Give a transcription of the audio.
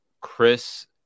Chris